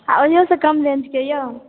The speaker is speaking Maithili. आ ओजऽ से कम रेन्जके यऽ